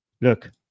Look